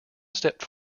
stepped